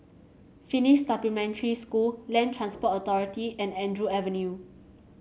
Finnish Supplementary School Land Transport Authority and Andrew Avenue